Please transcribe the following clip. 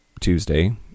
Tuesday